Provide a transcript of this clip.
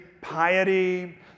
piety